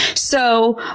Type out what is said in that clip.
so,